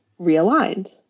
realigned